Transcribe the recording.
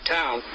town